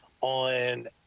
on